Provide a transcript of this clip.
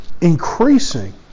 increasing